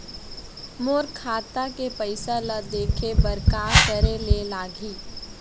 मोर खाता के पैसा ला देखे बर का करे ले लागही?